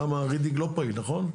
רידינג לא פעיל, נכון?